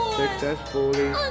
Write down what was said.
successfully